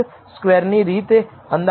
મહત્વના કયા સ્તરે તમે તેને નકારી કાઢશો